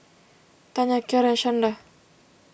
Tanya Kiarra and Shanda